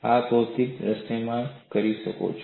આ તમે ભૌતિકીય દ્રશ્યમાન કરી શકો છો